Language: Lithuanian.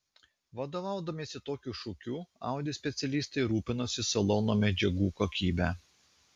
vadovaudamiesi tokiu šūkiu audi specialistai rūpinosi salono medžiagų kokybe